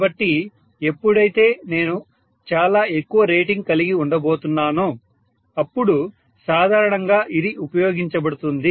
కాబట్టి ఎప్పుడైతే నేను చాలా ఎక్కువ రేటింగ్ కలిగి ఉండబోతున్నానో అప్పుడు సాధారణంగా ఇది ఉపయోగించబడుతుంది